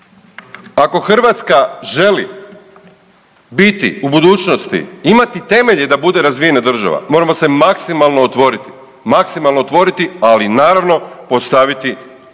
ako Hrvatska želi biti u budućnosti imati temelje da bude razvijena država moramo se maksimalno otvoriti, maksimalno otvoriti,